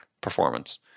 performance